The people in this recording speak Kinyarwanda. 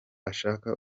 ashaka